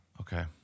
Okay